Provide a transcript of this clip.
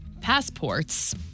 passports